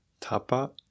tapa